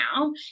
now